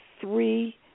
three